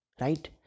Right